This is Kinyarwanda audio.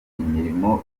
imirimo